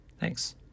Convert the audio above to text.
Thanks